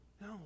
No